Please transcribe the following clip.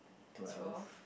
twelve